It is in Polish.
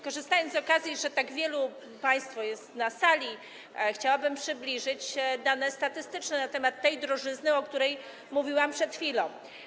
Korzystając z okazji, że tak wielu państwa jest na sali, chciałabym przybliżyć dane statystyczne na temat tej drożyzny, o której mówiłam przed chwilą.